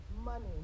money